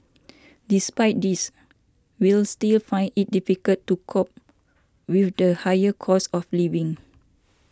despite this we'll still find it difficult to cope with the higher cost of living